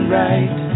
right